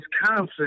Wisconsin